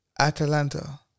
Atalanta